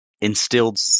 instilled